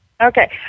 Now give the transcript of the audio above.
Okay